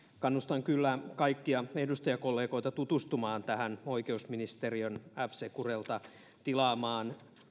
kannustan kyllä kaikkia edustajakollegoita tutustumaan tähän oikeusministeriön f securelta tilaamaan